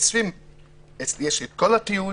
כל התיעוד